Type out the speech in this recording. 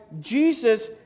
Jesus